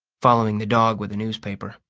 following the dog with a newspaper.